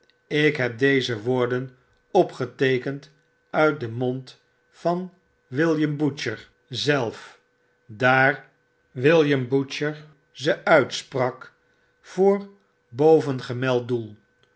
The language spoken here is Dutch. ik heb deze woorden opgeteekend uit den mond van william butcher voorstander vau t algemeeu stemrecht vert zelf daar w b ze uitsprak voor bovengemeld doel